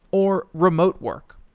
or remote work.